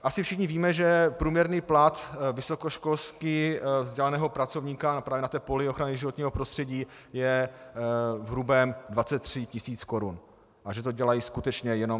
Asi všichni víme, že průměrný plat vysokoškolsky vzdělaného pracovníka právě na poli ochrany životního prostředí je v hrubém 23 tisíc korun a že to dělají skutečně jenom srdcaři.